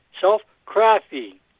Self-crafty